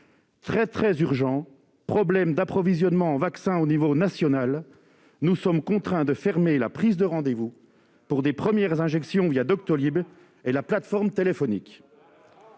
Très très urgent. Problème d'approvisionnement en vaccins au niveau national. Nous sommes contraints de fermer la prise de rendez-vous pour des premières injections Doctolib et la plateforme téléphonique